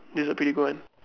this a pretty good one